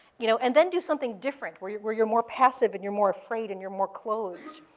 you know and then do something different, where you're where you're more passive, and you're more afraid, and you're more closed.